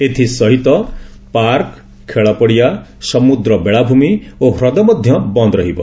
ଏଥିସହିତ ପାର୍କ ଖେଳପଡିଆ ସମୁଦ୍ର ବେଳାଭ୍ମି ଓ ହ୍ରଦ ମଧ୍ଧ ବନ୍ଦ ରହିବ